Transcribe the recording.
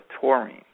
taurine